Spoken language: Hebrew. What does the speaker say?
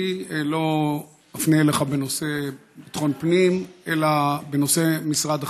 אני לא אפנה אליך בנושא ביטחון פנים אלא בנושא משרד אחר,